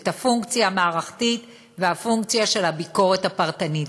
את הפונקציה המערכתית והפונקציה של הביקורת הפרטנית,